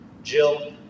Jill